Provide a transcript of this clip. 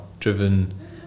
driven